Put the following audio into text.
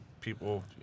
people